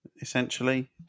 Essentially